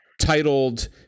titled